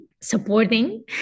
supporting